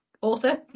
author